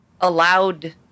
allowed